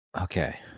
Okay